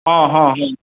हँ हँ हँ